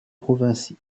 provinces